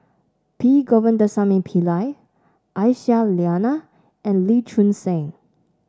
P Govindasamy Pillai Aisyah Lyana and Lee Choon Seng